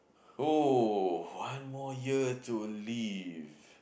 oh one more year to live